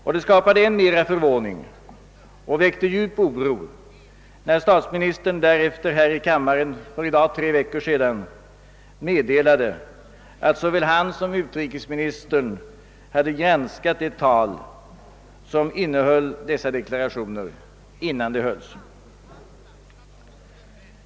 Och det skapade än mer förvåning och väckte djup oro när statsministern därefter här i kammaren för i dag tre veckor sedan meddelade att såväl han som utrikesministern hade granskat det tal, som innehöll dessa deklarationer, innan det framfördes.